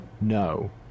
No